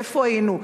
איפה היינו.